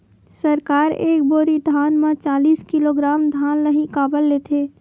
सरकार एक बोरी धान म चालीस किलोग्राम धान ल ही काबर लेथे?